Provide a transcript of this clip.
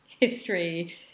history